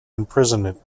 imprisonment